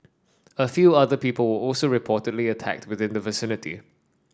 a few other people also reportedly attacked within the vicinity